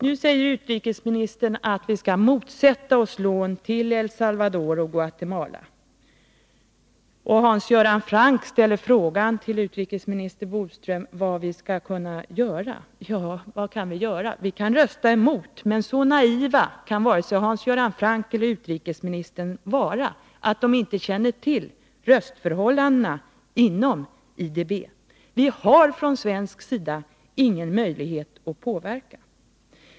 Nu säger utrikesministern att vi skall motsätta oss lån till El Salvador och Guatemala. Hans Göran Franck frågade utrikesminister Bodström vad vi skall kunna göra. Ja, vad kan vi göra? Vi kan rösta emot. Men så naiv kan vare sig Hans Göran Franck eller utrikesministern vara att de inte känner till röstförhållandena inom IDB. Vi har från svensk sida ingen möjlighet att påverka.